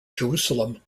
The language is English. jerusalem